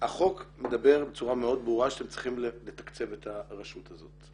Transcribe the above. החוק מדבר בצורה מאוד ברורה שאתם צריכים לתקצב את הרשות הזאת.